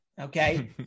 okay